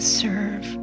serve